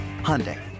Hyundai